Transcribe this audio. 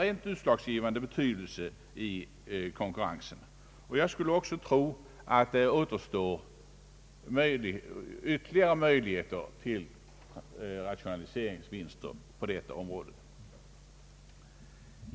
rent utslagsgivande betydelse i konkurrensen. Jag skulle också tro att det återstår ytterligare möjligheter till rationaliseringsvinster på detta område.